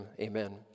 Amen